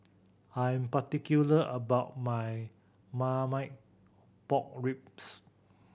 I'm particular about my Marmite Pork Ribs